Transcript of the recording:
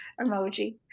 Emoji